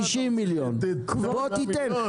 50 מיליון, בוא תיתן.